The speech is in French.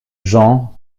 jean